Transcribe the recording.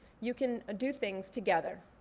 you can ah do things together,